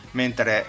mentre